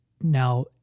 Now